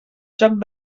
joc